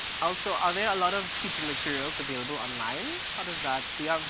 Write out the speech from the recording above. also, are there a lot of teaching materials available online? how does that? yeah,